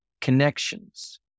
connections